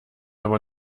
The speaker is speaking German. aber